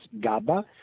GABA